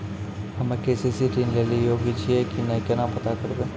हम्मे के.सी.सी ऋण लेली योग्य छियै की नैय केना पता करबै?